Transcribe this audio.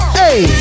hey